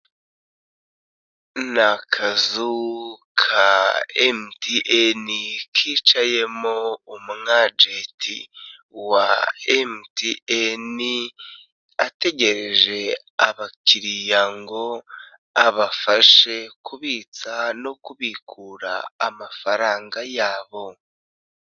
Ni akazu ka MTN kicayemo umwajenti wa MTN, ategereje abakiliya ngo abafashe kubitsa no kubikura amafaranga yabo.